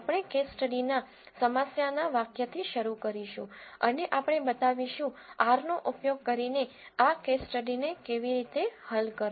આપણે કેસ સ્ટડીના સમસ્યાના વાક્ય થી શરૂ કરીશું અને આપણે બતાવીશું R નો ઉપયોગ કરીને આ કેસ સ્ટડી ને કેવી રીતે હલ કરવો